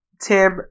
Tim